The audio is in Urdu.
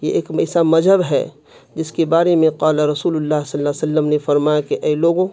یہ ایک ایسا مذہب ہے جس کے بارے میں قال رسول اللہ صلی علیہ وسلم نے فرمایا کہ اے لوگو